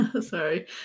sorry